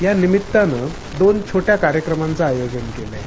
या निमित्ततानं दोन छोट्या कार्यक्रमांचं आयोजन केलं आहे